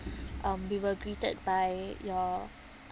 um we were greeted by your